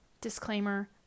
Disclaimer